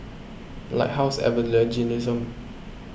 Lighthouse Evangelism